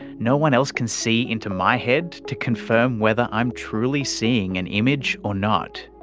no one else can see into my head to confirm whether i am truly seeing an image or not.